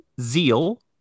zeal